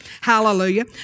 Hallelujah